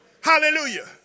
Hallelujah